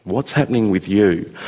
what's happening with you?